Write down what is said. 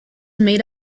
made